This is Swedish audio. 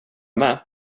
med